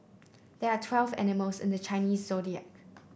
there are twelve animals in the Chinese Zodiac